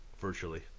virtually